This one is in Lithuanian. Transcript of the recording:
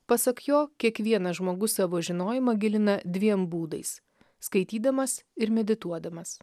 pasak jo kiekvienas žmogus savo žinojimą gilina dviem būdais skaitydamas ir medituodamas